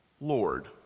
Lord